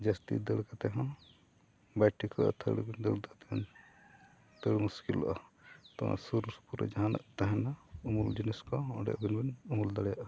ᱡᱟᱹᱥᱛᱤ ᱫᱟᱹᱲ ᱠᱟᱛᱮᱫ ᱦᱚᱸ ᱵᱟᱭ ᱴᱷᱤᱠᱟᱹᱜᱼᱟ ᱟᱛᱷᱟᱹᱲᱤ ᱵᱤᱱ ᱫᱟᱹᱲᱼᱫᱟᱹᱲ ᱛᱮᱵᱤᱱ ᱫᱟᱹᱲ ᱢᱩᱥᱠᱤᱞᱚᱜᱼᱟ ᱛᱳ ᱥᱩᱨ ᱥᱩᱯᱩᱨ ᱨᱮ ᱡᱟᱦᱟᱱᱟᱜ ᱛᱟᱦᱮᱱᱟ ᱩᱢᱩᱞ ᱡᱤᱱᱤᱥ ᱠᱚ ᱚᱸᱰᱮ ᱟᱹᱵᱤᱱ ᱵᱤᱱ ᱩᱢᱩᱞ ᱫᱟᱲᱮᱭᱟᱜᱼᱟ